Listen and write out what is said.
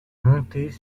montées